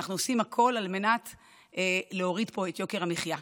ואנחנו עושים הכול על מנת להוריד פה את יוקר המחיה.